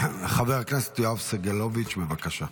חבר הכנסת יואב סגלוביץ', בבקשה.